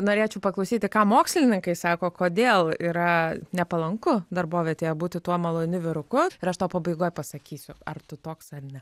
norėčiau paklausyti ką mokslininkai sako kodėl yra nepalanku darbovietėje būti tuo maloniu vyruku ir aš tau pabaigoj pasakysiu ar tu toks ar ne